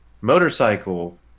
Motorcycle